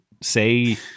say